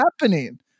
happening